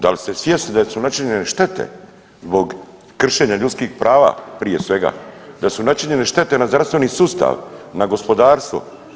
Dal ste svjesni da su načinjene štete zbog kršenja ljudskih prava prije svega, da su načinjene štete na zdravstveni sustav, na gospodarstvo?